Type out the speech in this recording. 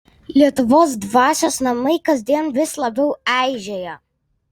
lietuvos dvasios namai kasdien vis labiau eižėja